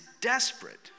desperate